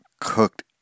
cooked